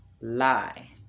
lie